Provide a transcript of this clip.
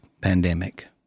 pandemic